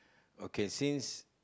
okay since